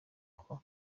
ngo